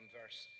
verse